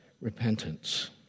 repentance